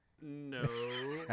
No